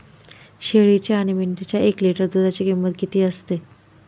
शेळीच्या आणि मेंढीच्या एक लिटर दूधाची किंमत किती असते?